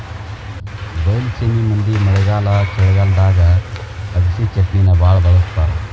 ಬೈಲಸೇಮಿ ಮಂದಿ ಮಳೆಗಾಲ ಚಳಿಗಾಲದಾಗ ಅಗಸಿಚಟ್ನಿನಾ ಬಾಳ ಬಳ್ಸತಾರ